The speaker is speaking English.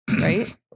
right